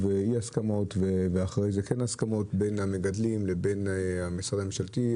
לאי-הסכמות ואחרי זה הסכמות בין המגדלים לבין משרדים ממשלתיים,